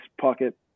pocket